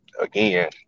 again